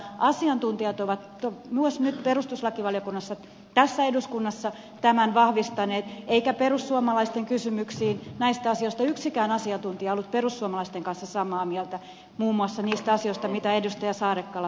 asiantuntijat ovat myös nyt perustuslakivaliokunnassa tässä eduskunnassa tämän vahvistaneet eikä perussuomalaisten kysymyksissä näistä asioista yksikään asiantuntija ollut perussuomalaisten kanssa samaa mieltä muun muassa niistä asioista joihin edustaja saarakkala viittasi